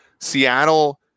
Seattle